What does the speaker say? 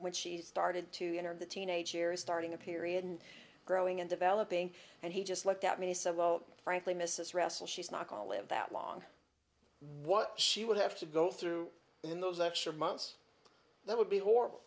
when she started to enter the teenage years starting a period and growing and developing and he just looked at me said well frankly mrs russell she's not going to live that long what she would have to go through in those extra months that would be or